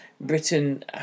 Britain